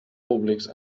públics